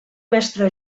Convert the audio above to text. mestre